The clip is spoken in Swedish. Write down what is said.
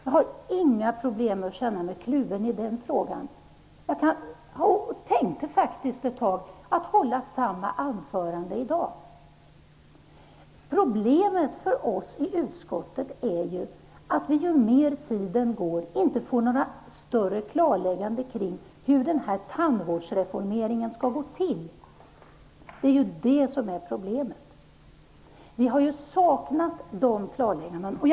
Jag känner mig inte kluven i den frågan -- några sådana problem har jag inte. Jag tänkte faktiskt ett tag att jag skulle hålla samma anförande i dag. Problemet för oss i utskottet är att tiden går och vi inte får några riktiga klarlägganden kring hur denna tandvårdsreformering skall gå till. Det är problemet. Vi har saknat dessa klarlägganden.